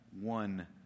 one